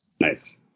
Nice